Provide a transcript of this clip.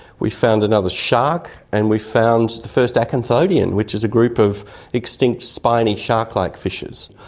we found another shark, and we found the first acanthodian, which is a group of extinct spiny shark-like fishes.